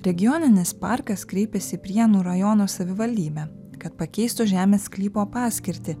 regioninis parkas kreipėsi prienų rajono savivaldybę kad pakeistų žemės sklypo paskirtį